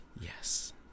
Yes